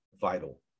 vital